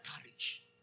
courage